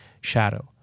shadow